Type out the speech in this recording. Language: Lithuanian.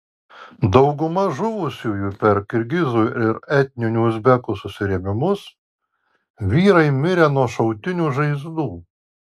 dauguma žuvusiųjų per kirgizų ir etninių uzbekų susirėmimus vyrai mirę nuo šautinių žaizdų